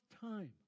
time